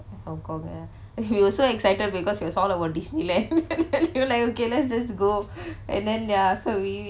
hong kong ya we were so excited because we saw about disneyland we were like okay let's just go and then ya so we